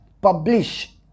publish